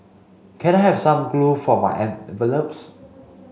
can I have some glue for my envelopes